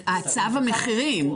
זה צו המחירים.